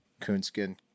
Coonskin